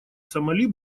сомали